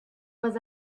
was